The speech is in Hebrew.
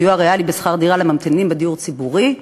סיוע ריאלי בשכר דירה לממתינים בדיור ציבורי,